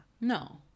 No